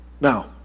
Now